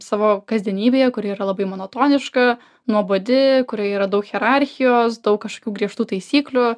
savo kasdienybėje kuri yra labai monotoniška nuobodi kurioje yra daug hierarchijos daug kažkokių griežtų taisyklių